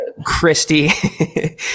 christy